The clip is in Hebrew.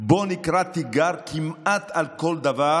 בוא נקרא תיגר כמעט על כל דבר